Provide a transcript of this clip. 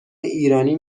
ایرانی